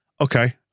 okay